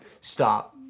Stop